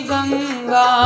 Ganga